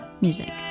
Music